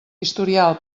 historial